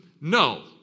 no